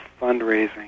fundraising